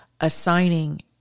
Assigning